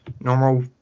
normal